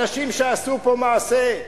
אנשים שעשו פה מעשה.